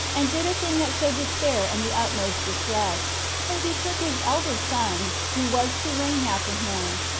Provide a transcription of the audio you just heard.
and did a thing that showed despair and the utmost distress for he took his eldest son, who was to reign after him,